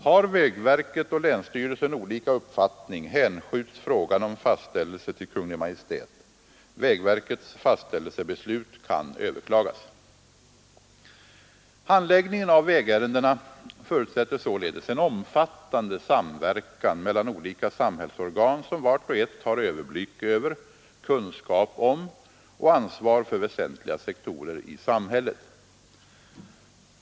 Har vägverket och länsstyrelsen olika uppfattning hänskjuts frågan om fastställelse till Kungl. Maj:t. Vägverkets fastställelsebeslut kan överklagas. Handläggningen av vägärendena förutsätter således en omfattande samverkan mellan olika samhällsorgan som vart och ett har överblick över, kunskap om och ansvar för väsentliga sektorer i samhället.